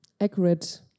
accurate